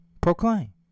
Proclaim